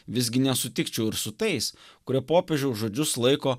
visgi nesutikčiau ir su tais kurie popiežiaus žodžius laiko